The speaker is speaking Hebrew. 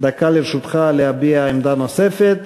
דקה לרשותך להביע עמדה נוספת.